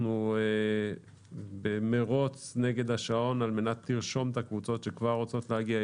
אנחנו במרוץ נגד השעון על מנת לרשום את הקבוצות שרוצות להגיע,